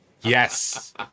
yes